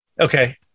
okay